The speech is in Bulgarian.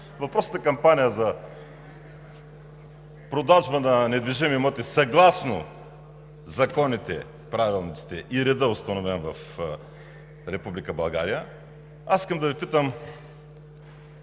въпросната кампания за продажба на недвижими имоти съгласно законите, правилниците и реда, установен в Република България, искам да Ви питам